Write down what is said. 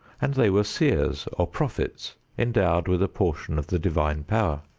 and they were seers or prophets endowed with a portion of the divine power.